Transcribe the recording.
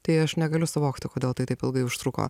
tai aš negaliu suvokti kodėl tai taip ilgai užtruko